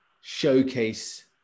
showcase